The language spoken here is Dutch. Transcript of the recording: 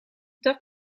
dat